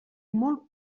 molt